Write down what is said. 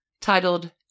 titled